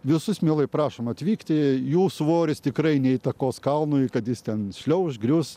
visus mielai prašom atvykti jų svoris tikrai neįtakos kalnui kad jis ten šliauš užgrius